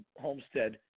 Homestead